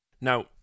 Now